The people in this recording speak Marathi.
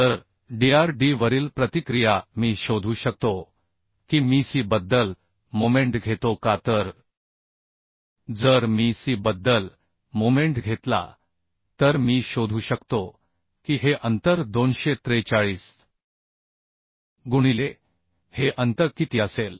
तर Dr d वरील प्रतिक्रिया मी शोधू शकतो की मीc बद्दल मोमेंट घेतो का तर जर मी c बद्दल मोमेंट घेतला तर मी शोधू शकतो की हे अंतर 243 गुणिले हे अंतर किती असेल